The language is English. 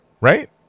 Right